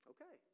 Okay